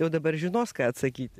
jau dabar žinos ką atsakyti